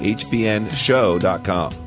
hbnshow.com